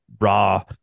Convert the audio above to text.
raw